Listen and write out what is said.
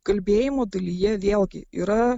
kalbėjimo dalyje vėlgi yra